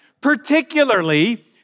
Particularly